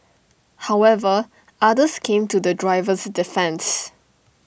however others came to the driver's defence